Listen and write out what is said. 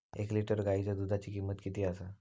एक लिटर गायीच्या दुधाची किमंत किती आसा?